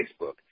Facebook